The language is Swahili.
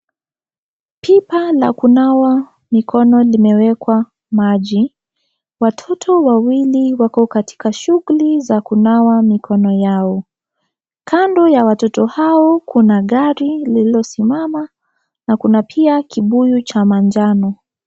Pipa la kunawa mikono limewekwa maji. Watoto wawili wako katika shughuli za kunawa mikono yao. Kando ya watoto hao kuna gari lililosimama na kuna pia kibuyu cha manjano.